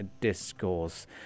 Discourse